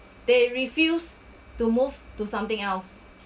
they refuse to move to something else